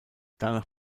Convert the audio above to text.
danach